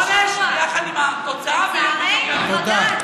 עונש יחד עם התוצאה, לצערנו, בג"ץ.